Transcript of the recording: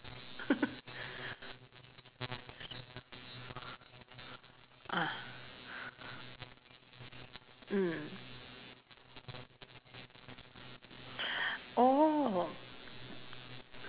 ah mm oh